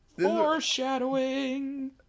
Foreshadowing